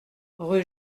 rue